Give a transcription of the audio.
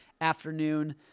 afternoon